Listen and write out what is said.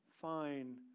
fine